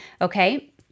Okay